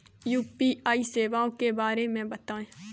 UPI सेवाओं के बारे में बताएँ?